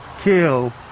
kill